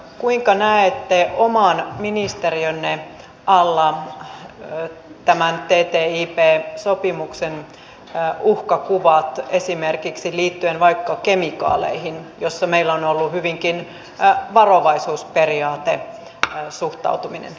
kuinka näette oman ministeriönne alla tämän ttip sopimuksen uhkakuvat esimerkiksi liittyen vaikka kemikaaleihin joissa meillä on ollut hyvinkin varovaisuusperiaatesuhtautuminen